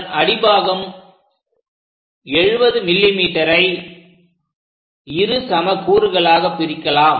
அதன் அடிபாகம் 70 mm ஐ இரு சம கூறுகளாக பிரிக்கலாம்